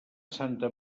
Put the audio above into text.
santa